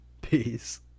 Peace